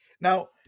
Now